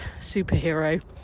superhero